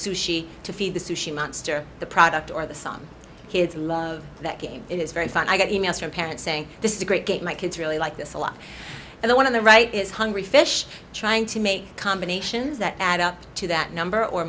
sushi to feed the sushi monster the product or the song kids love that game is very fun i get emails from parents saying this is a great game my kids really like this a lot and the one of the right is hungry fish trying to make combinations that add up to that number or